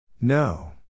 No